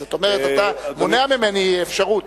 זאת אומרת, אתה מונע ממני אפשרות.